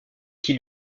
qui